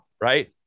right